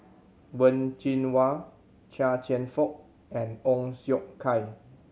Wen Jinhua Chia Cheong Fook and Ong Siong Kai